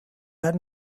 had